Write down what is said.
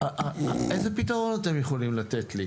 איזה פתרון אתם יכולים לתת לי?